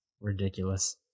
ridiculous